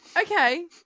Okay